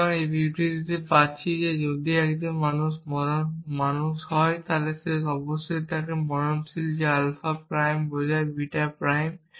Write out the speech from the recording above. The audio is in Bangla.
সুতরাং আমি এই বিবৃতিটি পাচ্ছি যে যদি একজন মানুষ হয় তবে মরণশীল যে আলফা প্রাইম বোঝায় বিটা প্রাইম